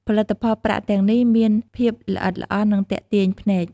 ផលិតផលប្រាក់ទាំងនេះមានភាពល្អិតល្អន់ និងទាក់ទាញភ្នែក។